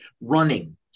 running